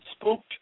spooked